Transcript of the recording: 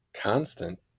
constant